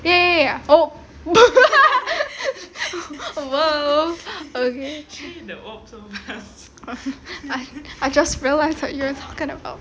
ya ya ya oh !whoa! I just realise you were talking about